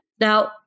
Now